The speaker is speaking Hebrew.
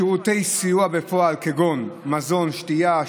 שירותי סיוע בפועל כגון: מזון ושתייה,